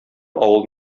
авыл